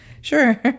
sure